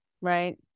Right